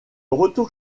retour